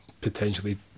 potentially